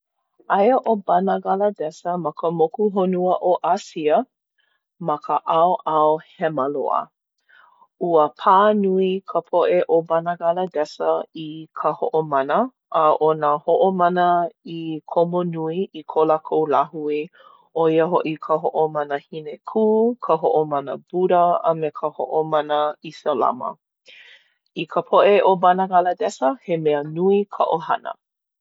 Aia ʻo Banagaladesa ma ka mokuhonua ʻo ʻĀsia, ma ka ʻaoʻao hema loa. Ua pā nui ka poʻe o Banagaladesa i ka hoʻomana, a ʻo nā hoʻomana i komo nui i ko lākou lāhui ʻo ia hoʻi ka hoʻomana Hinekū, ka hoʻomana Buda a me ka hoʻomana Isalama. I ka poʻe o Banagaladesa, he mea nui ka ʻohana.